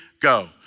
go